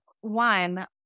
one